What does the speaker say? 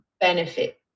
benefit